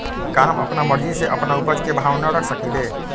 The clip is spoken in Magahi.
का हम अपना मर्जी से अपना उपज के भाव न रख सकींले?